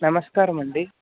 నమస్కారం అండి